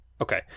Okay